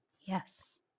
Yes